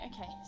okay